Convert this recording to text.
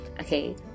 Okay